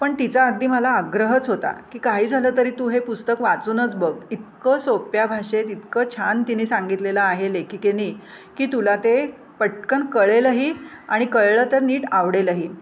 पण तिचा अगदी मला आग्रहच होता की काही झालं तरी तू हे पुस्तक वाचूनच बघ इतकं सोप्या भाषेत इतकं छान तिने सांगितलेलं आहे लेखिकेने की तुला ते पटकन कळेलही आणि कळलं तर नीट आवडेलही